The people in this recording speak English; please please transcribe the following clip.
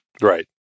Right